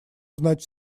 знать